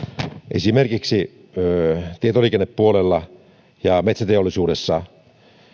esimerkiksi tietoliikennepuolella ja metsäteollisuudessa